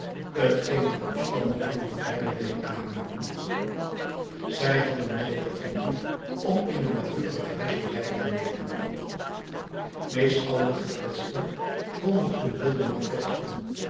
t geen de opstandelingen vrijer deed ademen zij hadden middel gevonden om in een naburig huis de wijk te nemen meest al de gekwetsten konden en wilden nog vechten